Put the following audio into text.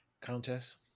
Countess